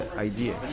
idea